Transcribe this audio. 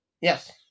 Yes